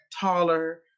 taller